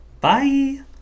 Bye